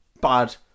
bad